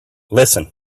listen